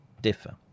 differ